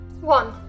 one